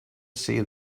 see